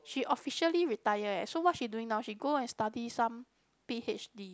she officially retire eh so what she doing now she go and study some P_H_D